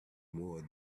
more